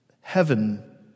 heaven